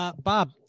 Bob